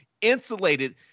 insulated